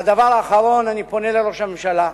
הדבר האחרון, אני פונה אל ראש הממשלה: